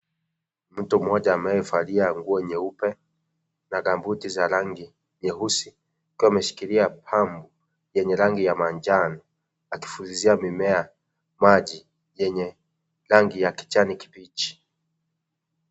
Mtu mmoja anayevalia nguo nyeupe, na gambuti za rangi nyeusi, akiwa ameshikilia pampu yenye rangi ya manjano akifulizia mimea, maji yenye rangi ya kijani kibichi.